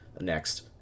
next